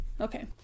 Okay